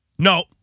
No